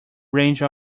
range